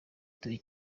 ituwe